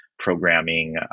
programming